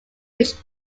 which